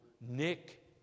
Nick